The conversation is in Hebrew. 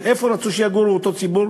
איפה רצו שיגור אותו ציבור?